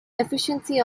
efficiency